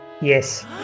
Yes